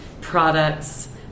products